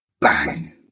bang